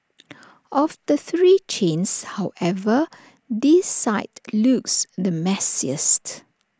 of the three chains however this site looks the messiest